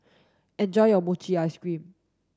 enjoy your Mochi Ice Cream